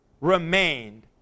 remained